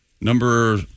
number